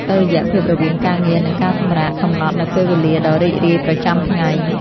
តុល្យភាពរវាងការងារ និងការសម្រាក កំណត់នូវពេលវេលាដ៏រីករាយប្រចាំថ្ងៃ។